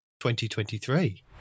2023